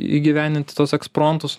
įgyvendinti tuos ekspromtus